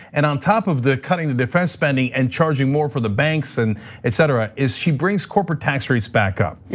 and on top of the cutting the defense spending and charging more for the banks and etc, is she brings corporate tax rates back up.